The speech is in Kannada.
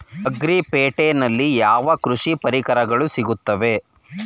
ಅಗ್ರಿ ಪೇಟೆನಲ್ಲಿ ಯಾವ ಯಾವ ಕೃಷಿ ಪರಿಕರಗಳು ಸಿಗುತ್ತವೆ?